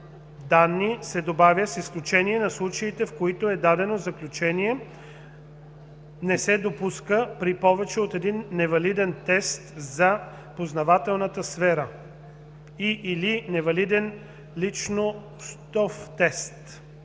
„данни“ се добавя „с изключение на случаите, в които е дадено заключение „не се допуска“ при повече от един невалиден тест за познавателната сфера и/или невалиден личностов тест“;